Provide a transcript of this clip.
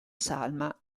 salma